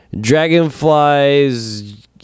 Dragonflies